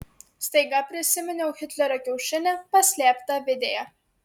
staiga prisiminiau hitlerio kiaušinį paslėptą avidėje